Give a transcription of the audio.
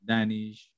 Danish